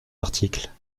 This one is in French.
articles